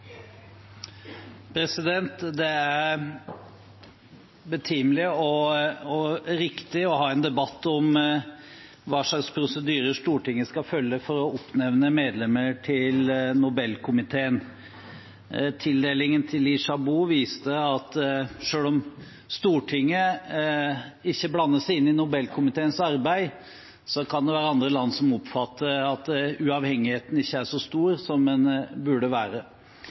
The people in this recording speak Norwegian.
Det er betimelig og riktig å ha en debatt om hva slags prosedyrer Stortinget skal følge for å oppnevne medlemmer til Nobelkomiteen. Tildelingen til Liu Xiaobo viste at selv om Stortinget ikke blander seg inn i Nobelkomiteens arbeid, kan det være andre land som oppfatter at uavhengigheten ikke er så stor som den burde være.